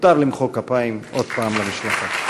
מותר למחוא כפיים עוד פעם למשלחת.